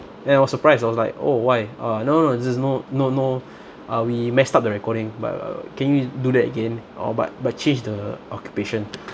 and I was surprised I was like oh why uh no no it's just no no no uh we messed up the recording but uh can you do that again oh but but change the occupation